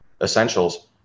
essentials